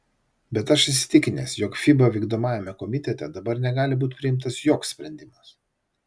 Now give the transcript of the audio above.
bet aš įsitikinęs jog fiba vykdomajame komitete dabar negali būti priimtas joks sprendimas